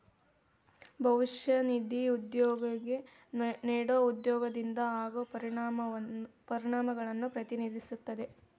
ಭವಿಷ್ಯ ನಿಧಿ ಉದ್ಯೋಗಿಗೆ ನೇಡೊ ಉದ್ಯೋಗದಿಂದ ಆಗೋ ಪ್ರಯೋಜನಗಳನ್ನು ಪ್ರತಿನಿಧಿಸುತ್ತದೆ